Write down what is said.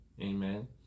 Amen